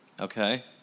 Okay